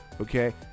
Okay